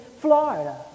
Florida